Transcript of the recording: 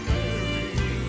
Mary